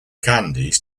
candies